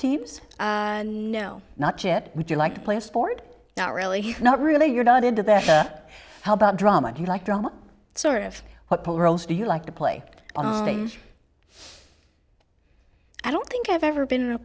teams no not jet would you like to play sport not really not really you're not into that how about drama you like drama sort of what do you like to play i don't think i've ever been in a